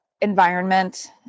environment